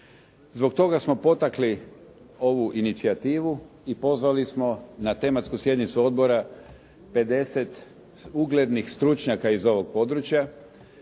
Zbog toga smo potakli ovu inicijativu i pozvali smo na tematsku sjednicu odbora 50 uglednih stručnjaka iz ovog područja,